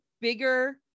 bigger